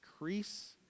increase